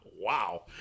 Wow